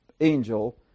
angel